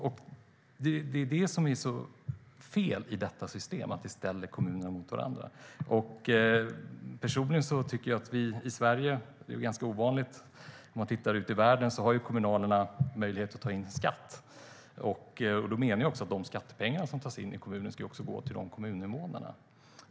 Det är det som är så fel i systemet, att kommuner ställs mot varandra. Om man tittar ut i världen har kommunerna möjlighet att ta ut skatt. De skattepengar som tas in i kommunerna ska också gå till kommuninvånarna.